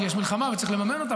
כי יש מלחמה וצריך לממן אותה,